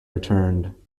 returned